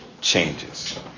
changes